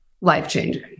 Life-changing